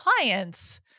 clients